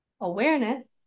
awareness